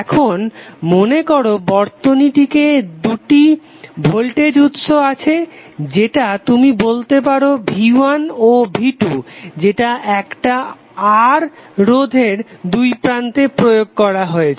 এখন মনে করো বর্তনীতে দুটি ভোল্টেজ উৎস আছে যেটা তুমি বলতে পারো V1 ও V2 যেটা একটা রোধ R এর দুইপ্রান্তে প্রয়োগ করা হয়েছে